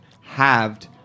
halved